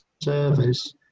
service